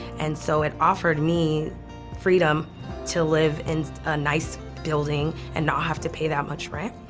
and so it offered me freedom to live in a nice building and not have to pay that much rent.